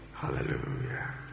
Hallelujah